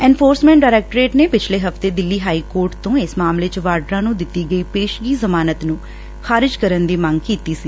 enforcement directorate ਨੇ ਪਿਛਲੇ ਹਫ਼ਤੇ ਦਿੱਲੀ ਹਾਈ ਕੋਰਟ ਤੋ ਇਸ ਮਾਮਲੇ ਚ ਵਾਡਰਾ ਨੂੰ ਦਿੱਤੀ ਗਈ ਪੇਸ਼ਗੀ ਜਮਾਨਤ ਨੂੰ ਖਾਰਿਜ਼ ਕਰਨ ਦੀ ਮੰਗ ਕੀਤੀ ਸੀ